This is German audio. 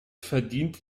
verdient